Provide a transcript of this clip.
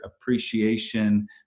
appreciation